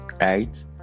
right